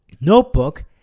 notebook